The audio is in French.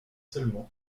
seulement